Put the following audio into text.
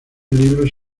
libros